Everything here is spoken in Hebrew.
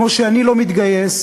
כמו שאני לא מתגייס,